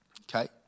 okay